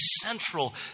central